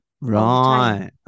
Right